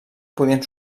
podien